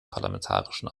parlamentarischen